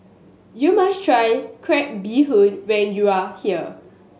you must try crab bee hoon when you are here